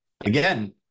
Again